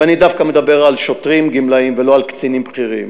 ואני דווקא מדבר על שוטרים גמלאים ולא על קצינים בכירים.